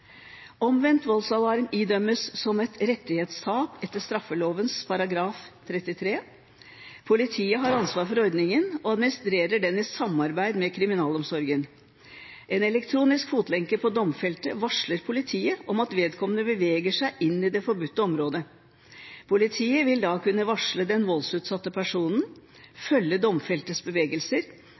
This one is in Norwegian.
omvendt voldsalarm. Omvendt voldsalarm idømmes som et rettighetstap etter straffeloven § 33. Politiet har ansvar for ordningen, og administrerer den i samarbeid med kriminalomsorgen. En elektronisk fotlenke på domfelte varsler politiet om at vedkommende beveger seg inn i det forbudte området. Politiet vil da kunne varsle den voldsutsatte personen, følge domfeltes bevegelser,